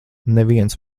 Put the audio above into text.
neviens